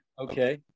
Okay